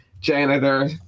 janitor